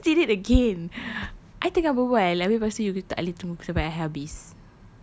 you just did it again I tengah berbual abeh lepas tu you tak boleh tunggu sampai I habis